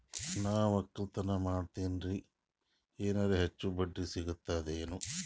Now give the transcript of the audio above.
ನಾ ಒಕ್ಕಲತನ ಮಾಡತೆನ್ರಿ ಎನೆರ ಹೆಚ್ಚ ಬಡ್ಡಿ ಸಿಗತದೇನು?